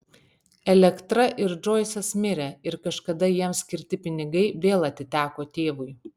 elektra ir džoisas mirė ir kažkada jiems skirti pinigai vėl atiteko tėvui